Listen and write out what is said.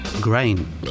grain